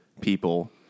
people